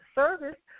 service